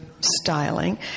styling